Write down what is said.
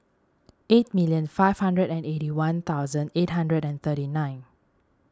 eight million five hundred and eighty one thousand eight hundred and thirty nine